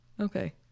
Okay